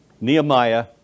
Nehemiah